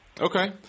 okay